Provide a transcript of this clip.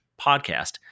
podcast